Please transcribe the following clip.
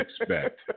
expect